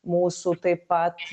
mūsų taip pat